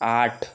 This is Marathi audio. आठ